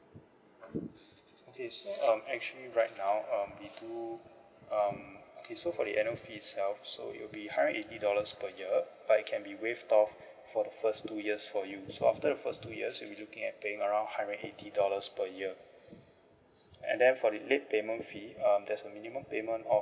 okay so um actually right now um we do um okay so for the annual fee itself so it will be hundred and eighty dollars per year but it can be waived off for the first two years for you so after the first two years you'll be looking at paying around hundred and eighty dollars per year and then for the late payment fee um there's a minimum payment of